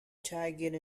tagging